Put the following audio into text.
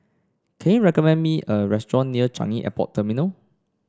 can you recommend me a restaurant near Changi Airport Terminal